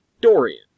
dorian